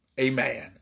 Amen